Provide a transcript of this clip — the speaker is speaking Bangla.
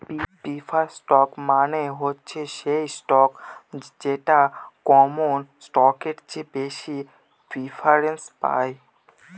প্রিফারড স্টক মানে হচ্ছে সেই স্টক যেটা কমন স্টকের চেয়ে বেশি প্রিফারেন্স পায়